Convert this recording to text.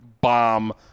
bomb